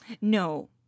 No